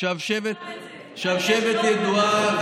שבשבת ידועה.